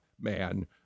man